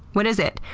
what is it?